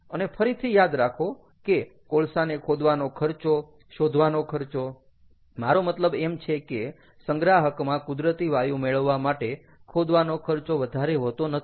અને ફરીથી યાદ રાખો કે કોલસાને ખોદવાનો ખર્ચો શોધવાનો ખર્ચો મારો મતલબ એમ છે કે સંગ્રાહકમાં કુદરતી વાયુ મેળવવા માટે ખોદવાનો ખર્ચો વધારે હોતો નથી